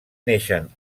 neixen